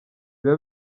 biba